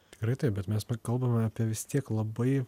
tikrai taip bet mes kalbame apie vis tiek labai